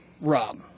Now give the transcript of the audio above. Rob